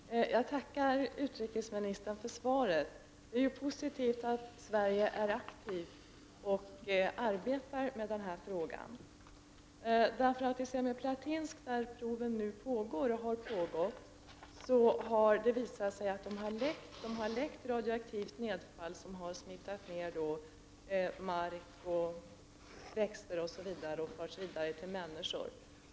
Herr talman! Jag tackar utrikesministern för svaret. Det är positivt att Sverige är aktivt och arbetar med denna fråga. Det har visat sig att i Semipalatinsk, där proven nu pågår och har pågått, har det läckt ut radioaktivt nedfall som har smittat ner bl.a. mark och växter och förts vidare till människor.